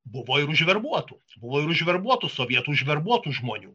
buvo ir užverbuotų buvo ir užverbuotų sovietų užverbuotų žmonių